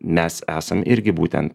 mes esam irgi būtent